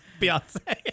Beyonce